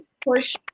push